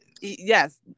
yes